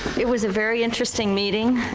it was a very interesting meeting,